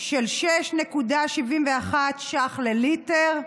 של 6.71 ש"ח לליטר,